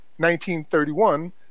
1931